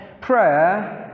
Prayer